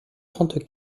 trente